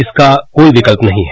इसका कोई विकल्प नहीं है